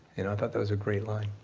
you know, i thought that was a great line.